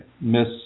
miss